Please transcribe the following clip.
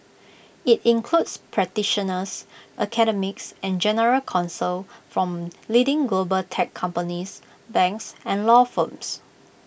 IT includes practitioners academics and general counsel from leading global tech companies banks and law firms